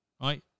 Right